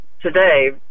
today